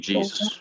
Jesus